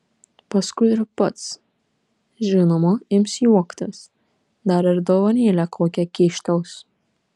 paskui ir pats žinoma ims juoktis dar ir dovanėlę kokią kyštels